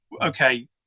okay